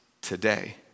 today